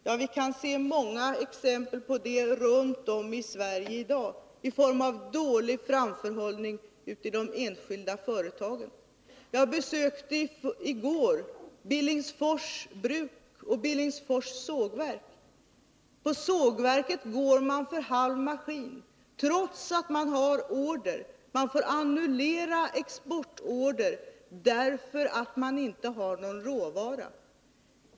Ja, vi kan se många exempel på det runt om i dagens Sverige i form av dålig framförhållning i de enskilda företagen. Jag besökte i går Billingsfors Bruks AB och Billingsfors Sågverk. Sågverket går för halv maskin, trots att det har gott om order. Man får annullera exportorder, därför att man saknar råvara.